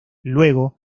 luego